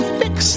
fix